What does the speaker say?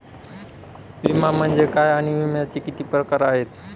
विमा म्हणजे काय आणि विम्याचे किती प्रकार आहेत?